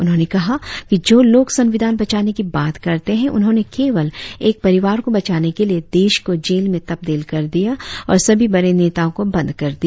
उन्होंने कहा कि जो लोग संविधान बचाने की बात करते है उन्होंने केवल एक परिवार को बचाने के लिए देश को जेल में तबदील कर दिया और सभी बड़े नेताओ को बंद कर दिया